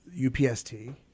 UPST